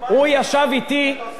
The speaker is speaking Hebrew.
הוא ישב אתי אחרון,